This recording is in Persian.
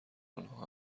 آنها